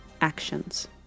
actions